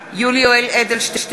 כנדרש?